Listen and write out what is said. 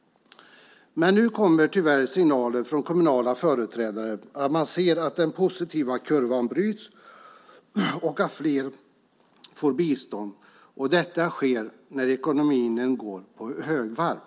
Nu kommer tyvärr signaler från kommunföreträdare om att den positiva kurvan bryts och att fler får bistånd. Detta sker när ekonomin går på högvarv.